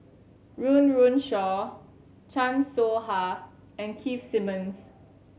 Run Run Shaw Chan Soh Ha and Keith Simmons